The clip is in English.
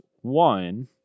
One